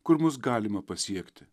kur mus galima pasiekti